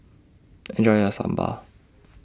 Enjoy your Sambar